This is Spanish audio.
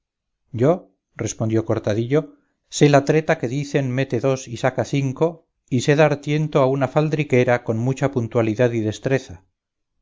yo respondió cortadillo sé la treta que dicen mete dos y saca cinco y sé dar tiento a una faldriquera con mucha puntualidad y destreza